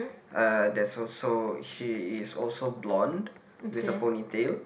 uh there's also she is also blonde with a ponytail